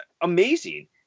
amazing